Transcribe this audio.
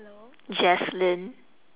jacelyn